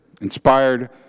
inspired